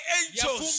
angels